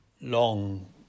long